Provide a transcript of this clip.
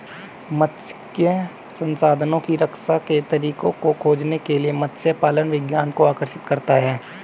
मात्स्यिकी संसाधनों की रक्षा के तरीकों को खोजने के लिए मत्स्य पालन विज्ञान को आकर्षित करता है